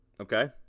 Okay